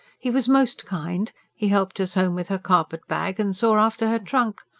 he was most kind he helped us home with her carpet-bag, and saw after her trunk.